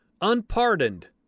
unpardoned